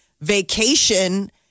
vacation